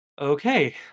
Okay